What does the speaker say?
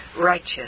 righteous